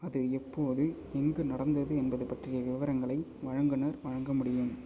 அது எப்போது எங்கு நடந்தது என்பது பற்றிய விவரங்களை வழங்குநர் வழங்க முடியும்